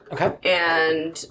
Okay